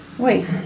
wait